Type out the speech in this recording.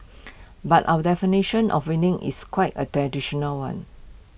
but our definition of winning is quite A one